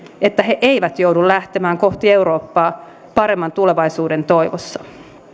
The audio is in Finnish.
että he eivät joudu lähtemään kohti eurooppaa paremman tulevaisuuden toivossa